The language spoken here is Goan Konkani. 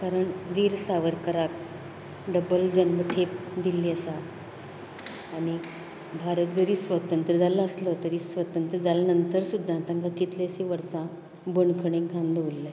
कारण वीर सावरकराक डब्बल जन्म ठेप दिल्ली आसा आनीक भारत जरीं स्वतंत्र जाल्लो आसलो तरी स्वतंत्र जाले नंतर सुद्दां तांका कितलेंशीं वर्सां बंदखणींत घालन दवरल्ले